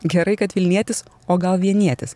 gerai kad vilnietis o gal vienietis